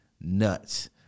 nuts